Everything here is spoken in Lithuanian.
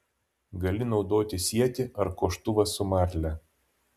gali naudoti sietį ar koštuvą su marle